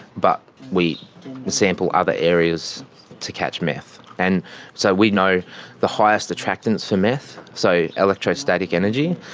but we sample other areas to catch meth and so we know the highest attractants for meth. so electrostatic energy.